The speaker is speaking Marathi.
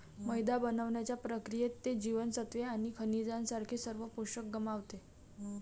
मैदा बनवण्याच्या प्रक्रियेत, ते जीवनसत्त्वे आणि खनिजांसारखे सर्व पोषक गमावते